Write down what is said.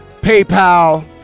PayPal